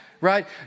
Right